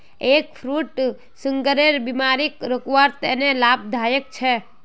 egg fruit सुगरेर बिमारीक रोकवार तने लाभदायक छे